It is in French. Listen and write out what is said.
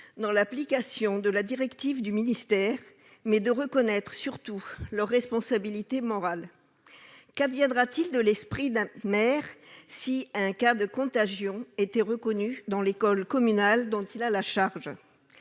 dans l'application de la directive du ministère, mais aussi, et surtout, de reconnaître leur responsabilité morale. Qu'adviendra-t-il de l'esprit d'un maire si un cas de contagion était reconnu dans l'école communale dont il a la charge ?